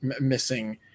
missing –